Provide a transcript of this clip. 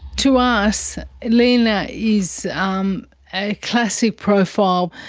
to us lina is um a classic profile,